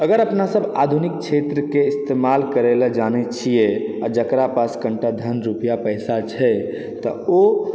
अगर अपना सब आधुनिक क्षेत्रके इस्तेमाल करै लए जानै छियै आओर जकरा पास कनिटा धन रुपआ पैसा छै तऽ ओ